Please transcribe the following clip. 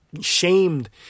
shamed